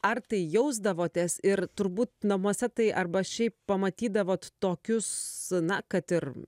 ar tai jausdavotės ir turbūt namuose tai arba šiaip pamatydavot tokius na kad ir